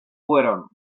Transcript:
fueron